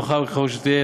ברוכה ככל שתהיה,